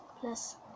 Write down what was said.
plus